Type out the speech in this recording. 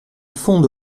fonde